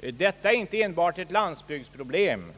Detta är inte enbart ett landsbygdsproblem.